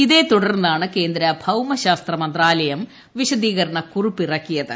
ഇതേ തുടർന്നാണ് കേന്ദ്ര ഭൌമ ശാസ്ത്ര മന്ത്രാലയം വിശദീകരണകുറിപ്പ് ഇറക്കിയത്